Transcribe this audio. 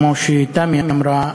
כמו שתמי אמרה,